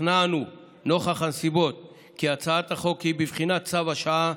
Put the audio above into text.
השתכנענו נוכח הנסיבות כי הצעת החוק היא בבחינת צו השעה.